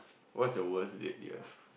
what's you worst date you have